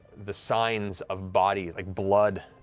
the signs of bodies, like blood,